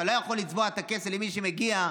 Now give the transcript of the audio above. אתה לא יכול לצבוע את הכסף למי שמגיע.